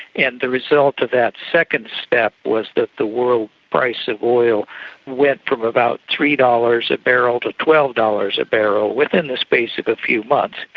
and the result of that second step was that the world price of oil went from about three dollars a barrel to twelve dollars a barrel within the space of a few months,